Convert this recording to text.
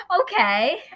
Okay